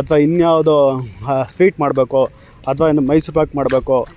ಅಥ್ವಾ ಇನ್ನುಯಾವ್ದೋ ಅ ಸ್ವೀಟ್ ಮಾಡಬೇಕೋ ಅಥ್ವಾ ಏನು ಮೈಸೂರು ಪಾಕ್ ಮಾಡಬೇಕೋ